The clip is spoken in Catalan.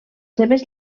seves